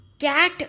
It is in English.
Cat